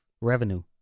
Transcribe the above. revenue